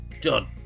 Done